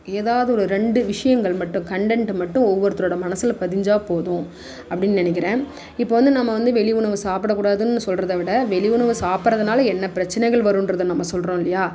ஏதாவது ஒரு ரெண்டு விஷயங்கள் மட்டும் கன்டெண்ட்டு மட்டும் ஒவ்வொருத்தரோடய மனசில் பதிஞ்சால் போதும் அப்படின்னு நினைக்கிறேன் இப்போது வந்து நம்ம வந்து வெளி உணவு சாப்பிடக்கூடாதுன்னு சொல்கிறத விட வெளி உணவை சாப்பிட்றதுனால என்ன பிரச்சினைகள் வருன்றதை நம்ம சொல்கிறோம் இல்லையா